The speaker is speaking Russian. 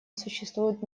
существуют